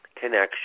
connection